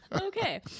okay